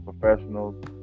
professionals